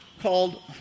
called